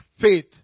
faith